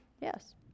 Yes